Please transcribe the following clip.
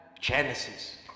Genesis